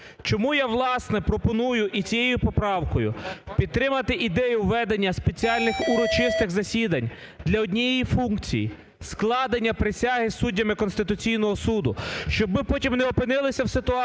Чому я, власне, пропоную і цією поправкою підтримати ідею ведення спеціальних урочистих засідань для однієї функції – складення присяги суддями Конституційного Суду. Щоб ми потім не опинилися в ситуації,